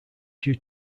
due